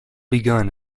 begun